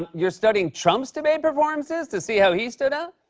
you're studying trump's debate performances to see how he stood out?